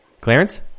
Clarence